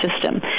system